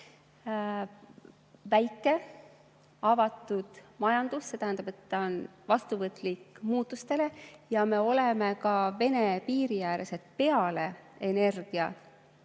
väike avatud majandus, see tähendab, et ta on vastuvõtlik muutustele. Me oleme ka Vene piiri ääres. Peale selle,